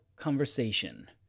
conversation